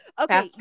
okay